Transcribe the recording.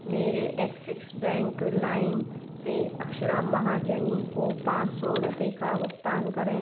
मेरे Axis bank लाइम से अक्षरा महाजनी को पाँच सौ रुपये का भुगतान करें